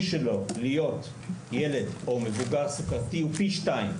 שלו להיות ילד או מבוגר סוכרתי הוא פי שניים.